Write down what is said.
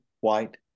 white